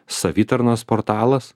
savitarnos portalas